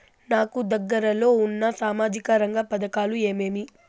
నాకు దగ్గర లో ఉన్న సామాజిక రంగ పథకాలు ఏమేమీ?